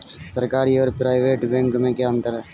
सरकारी और private bank में क्या अंतर है?